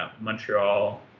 Montreal